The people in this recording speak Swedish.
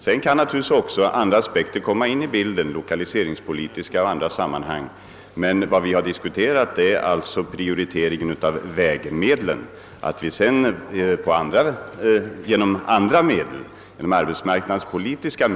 Sedan kan naturligtvis lokaliseringspolitiska och andra aspekter spela in, men vad vi diskuterat är prioriteringen vid vägmedlens fördelning. Att man sedan med andra medel, arbetsmarknadspolitiska m.